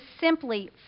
simply